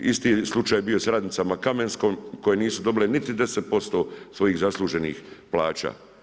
Isti je slučaj bio sa radnicima Kamenskom, koje nisu dobile niti 10% svojih zasluženih plaća.